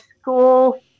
school